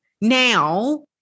Now